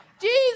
Jesus